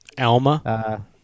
Alma